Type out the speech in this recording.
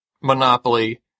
Monopoly